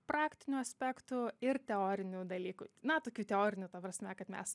praktinių aspektų ir teorinių dalykų na tokių teorinių ta prasme kad mes